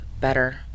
better